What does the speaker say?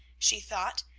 she thought,